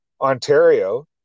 Ontario